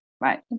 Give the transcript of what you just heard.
right